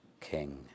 king